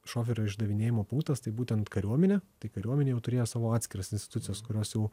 šoferio išdavinėjimo punktas tai būtent kariuomenė tai kariuomenė jau turėjo savo atskiras institucijas kurios jau